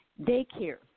Daycare